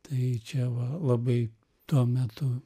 tai čia va labai tuo metu